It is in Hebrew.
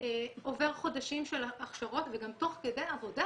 עובר חודשים של הכשרות וגם תוך כדי עבודה